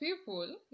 people